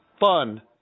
fun